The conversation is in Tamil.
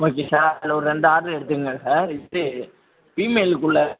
ஓகே சார் அதில் ஒரு ரெண்டு ஆட்ரு எடுத்துகுங்க சார் இது ஃபீமேலுக்குள்ள